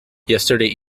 yesterday